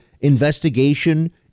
investigation